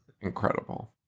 incredible